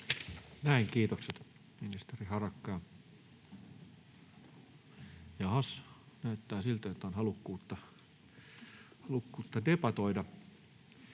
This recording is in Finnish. Näin. Kiitokset, ministeri Harakka. — Jaahas, näyttää siltä, että on halukkuutta debatoida.